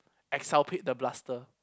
Exculpate the Blaster